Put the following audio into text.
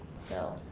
so.